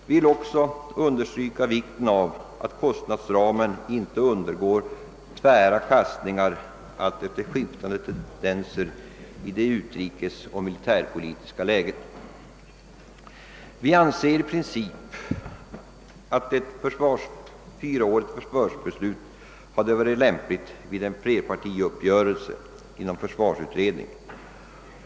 Vi vill i sammanhanget understryka vikten av att kostnadsramen inte undergår tvära kastningar alltefter skiftande tendenser i det utrikesoch militärpolitiska läget. I likhet med vad som framhållits i motionerna I:518 och II:664 hade i princip ett fyraårigt försvarsbeslut varit lämpligt vid en flerpartiuppgörelse inom försvarsutredningen.